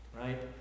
Right